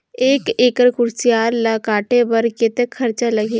एक एकड़ कुसियार ल काटे बर कतेक खरचा लगही?